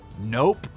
Nope